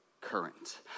current